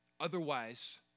otherwise